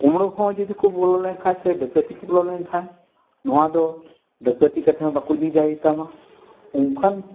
ᱠᱩᱢᱲᱩ ᱦᱚᱸ ᱡᱩᱫᱤ ᱠᱚ ᱵᱚᱞᱚ ᱞᱮᱱᱠᱷᱟᱱ ᱥᱮ ᱰᱟᱹᱠᱟᱹᱛᱤ ᱠᱚ ᱵᱚᱞᱚ ᱞᱮᱱ ᱠᱷᱟᱱ ᱱᱚᱣᱟ ᱫᱚ ᱰᱟᱹᱠᱟᱹᱛᱤ ᱠᱟᱛᱮ ᱦᱚᱸ ᱵᱟᱠᱚ ᱤᱫᱤ ᱫᱟᱲᱮᱭᱟᱛᱟᱢᱟ ᱚᱱᱠᱟᱱ